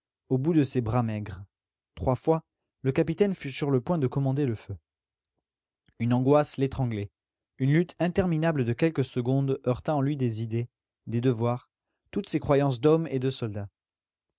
au bout de ses bras maigres trois fois le capitaine fut sur le point de commander le feu une angoisse l'étranglait une lutte interminable de quelques secondes heurta en lui des idées des devoirs toutes ses croyances d'homme et de soldat